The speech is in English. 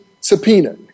subpoena